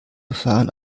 befahren